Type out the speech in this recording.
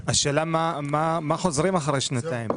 השאלה, מה חוזרים אחרי שנתיים?